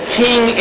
king